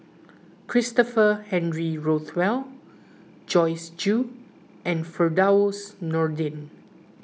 Christopher Henry Rothwell Joyce Jue and Firdaus Nordin